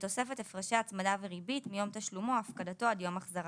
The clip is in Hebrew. בתוספת הפרשי הצמדה וריבית מיום תשלומי או הפקדתו עד יום החזרתו.